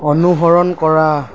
অনুসৰণ কৰা